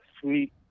sweet